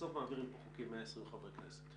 בסוף מעבירים פה חוקים 120 חברי כנסת,